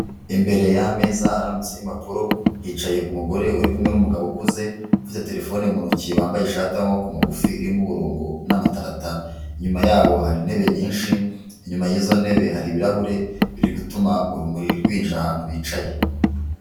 Imbere y'ameza aramutse y'impapuro hicaye umugore uri kumwe n'umugabo ukuze ufite terefone mu ntoki wambaye ishati y'amaboko magufi irimo umurongo n'amataratara . Inyuma yabo hari intebe nyinshi inyuma y'izo ntebe hari ibirahure biri gutuma urumuri rwinjira ahantu bicaye.